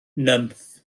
nymff